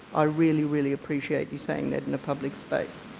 i really, really appreciate you saying that in a public space.